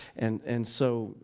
and and so,